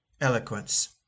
eloquence